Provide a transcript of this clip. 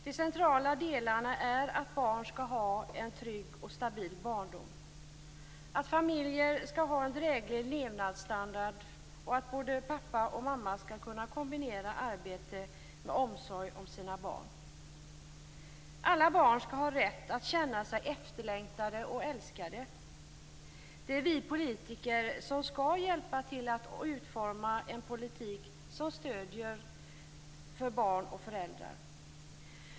De centrala delarna är att barn skall ha en trygg och stabil barndom, att familjer skall ha en dräglig levnadsstandard och att både pappa och mamma skall kunna kombinera arbete med omsorg om sina barn. Alla barn skall ha rätt att känna sig efterlängtade och älskade. Det är vi politiker som skall hjälpa till att utforma en politik som stöder barn och föräldrar.